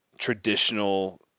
traditional